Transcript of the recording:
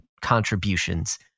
contributions